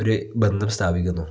ഒരു ബന്ധം സ്ഥാപിക്കുന്നു